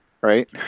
right